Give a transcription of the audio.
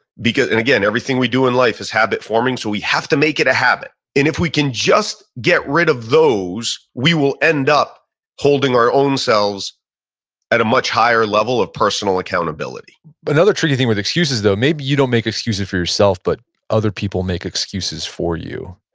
and again, everything we do in life is habit forming, so we have to make it a habit. and if we can just get rid of those, we will end up holding our own selves at a much higher level of personal accountability but another tricky thing with excuses though, maybe you don't make excuses for yourself, but other people make excuses for you.